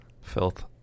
filth